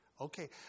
Okay